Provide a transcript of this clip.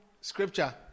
Scripture